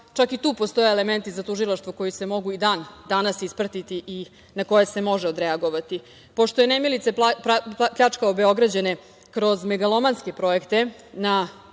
čak i tu postoje elementi za tužilaštvo, koji se mogu i dan danas ispratiti i na koje se može odreagovati. Pošto je nemilice pljačkao Beograđane kroz megalomanske prizvodnje na